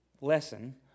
lesson